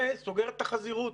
זה סוגר את החזירות.